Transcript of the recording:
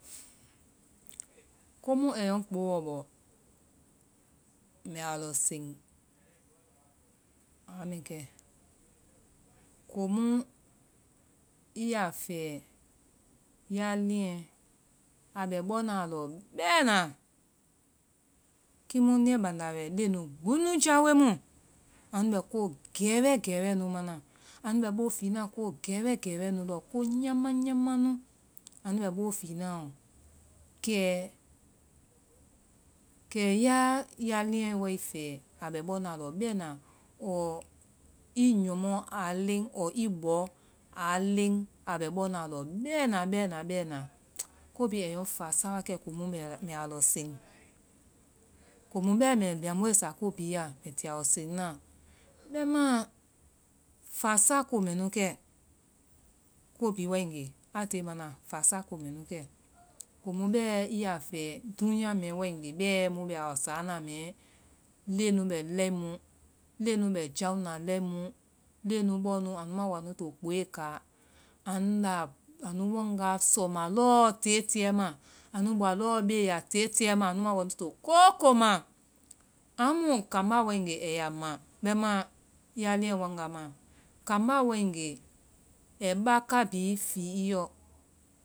komú a yɛ ŋ kpoowɔ bɔ mbɛ a lɔ seŋ, aa mɛ kɛ́. Komu i yaa fɛɛ ya leŋɛ a bɛ bɔnaã lɔ bɛɛna, kii mu niyɛ bánda bɛ leŋɛ nu gbi nu jaoe mu, anu bɛ ko gɛ́ɛwɛ gɛ́ɛwɛ nu mana. Ánu bɛ bóo fiina ko gɛ́ɛwɛ gɛ́ɛwɛ nu lɔ, ko nyaama nyaama nu anu bɛ bóo fiinaãɔ. Kɛ kɛ ya ya leŋɛ wae fɛɛ a bɛ bɔnaã lɔ bɛna, ɔɔ i nyɔmɔ aa leŋ, ɔɔ i bɔ aa leŋ a bɛ bɔnaã lɔ bɛ́ɛna bɛ́ɛna bɛɛna, ko bhíí a yɛŋ fáa sá wa kɛ komu bɛa mbɛ a lɔ seŋ. komu bɛ́ɛ mbɛ liamboe sa ko bhíí ya mbɛ ti a lɔ seŋnaã. bɛimaã, fáa sa ko mɛnu kɛ. Ko bhíí wáégee a tiye mana fáa sa ko mɛnu kɛ. Komu bɛ́ɛ i yaa fɛɛ dúúnya mɛɛ wáégee bɛ́ɛ mu bɛ a lɔ sáana mɛ́ɛ, leŋɛ nu bɛ lɛimu, leŋɛ nu bɔɔ nu anu ma woo anuĩ to kpooe káa, anda anu waŋga sɔɔma lɔɔ téetiɛ ma, anu ma woo anuĩ to kóoko ma. Ámu kambá wáégee ɛɛ ya ma, bɛimaã, ya leŋɛ waŋga ma, kambá wáégee ɛi bááká bhíí fii i yɔ